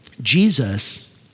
Jesus